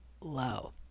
low